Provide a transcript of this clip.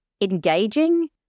engaging